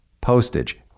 postage